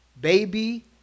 baby